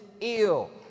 ill